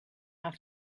have